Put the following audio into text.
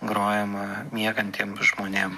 grojama miegantiem žmonėm